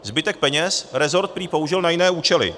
Zbytek peněz rezort prý použil na jiné účely.